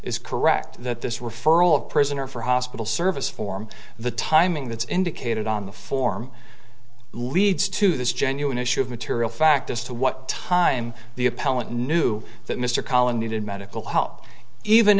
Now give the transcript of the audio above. is correct that this referral of prisoner for hospital service form the timing that's indicated on the form leads to this genuine issue of material fact as to what time the appellant knew that mr collins needed medical help even